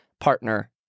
partner